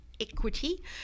equity